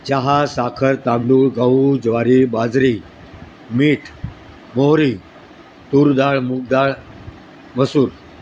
चहा साखर तांदूळ गहू ज्वारी बाजरी मीठ मोहरी तूरडाळ मूगडाळ मसूर